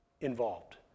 involved